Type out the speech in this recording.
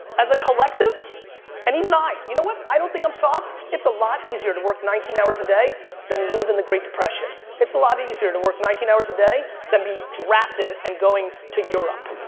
as a collective and even i, you know what, i don't think i'm soft. it's a lot easier to work nineteen hours a day than live in the great depression. it's a lot easier to work nineteen hours a day then be drafted and going to europe.